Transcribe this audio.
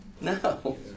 No